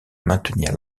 maintenir